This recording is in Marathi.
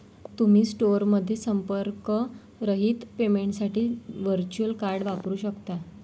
तुम्ही स्टोअरमध्ये संपर्करहित पेमेंटसाठी व्हर्च्युअल कार्ड वापरू शकता